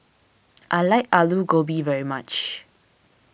I like Alu Gobi very much